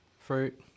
fruit